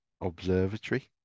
Observatory